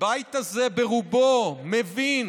הבית הזה ברובו מבין